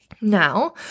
Now